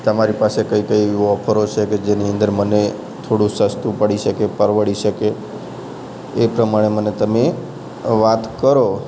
તમારી પાસે કઈ કઈ ઓફરો છે કે જેની અંદર મને થોડું સસ્તું પડી શકે પરવડી શકે એ પ્રમાણે મને તમે વાત કરો